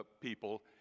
people